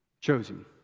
chosen